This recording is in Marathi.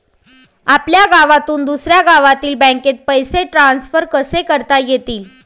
आपल्या गावातून दुसऱ्या गावातील बँकेत पैसे ट्रान्सफर कसे करता येतील?